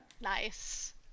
Nice